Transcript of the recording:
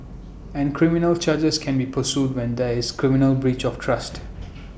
and criminal charges can be pursued when there is criminal breach of trust